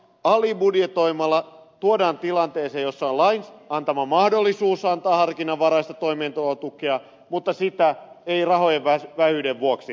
alibudjetoimalla tullaan tilanteeseen jossa on lain antama mahdollisuus antaa harkinnanvaraista toimeentulotukea mutta sitä ei rahojen vähyyden vuoksi anneta